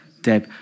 Deb